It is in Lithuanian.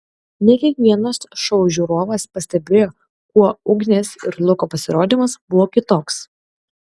ne kiekvienas šou žiūrovas pastebėjo kuo ugnės ir luko pasirodymas buvo kitoks